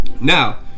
Now